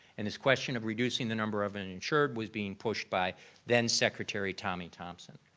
and this question of reducing the number of uninsured was being pushed by then secretary tommy thompson.